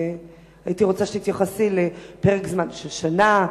והייתי רוצה שתתייחסי לפרק זמן של שנה,